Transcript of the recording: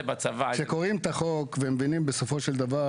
כשקוראים את החוק ומבינים בסופו של דבר,